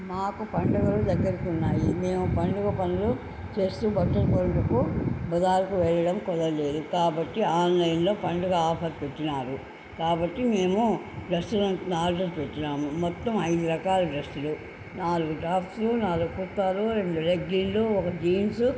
మాకు పండుగలు దగ్గరకు ఉన్నాయి మేము పండుగ పనులు చేస్తు బట్టలు కొనుటకు బజారుకు వెళ్ళడం కుదలేదు కాబట్టి ఆన్లైన్లో పండుగ ఆఫర్ పెట్టినారు కాబట్టి మేము డ్రెస్సులను ఆర్డర్ పెట్టినాము మొత్తం ఐదు రకాల డ్రెస్సులు నాలుగు టాప్స్లు నాలుగు కుర్తాలు రెండు లెగ్గిన్లు ఒక జీన్సు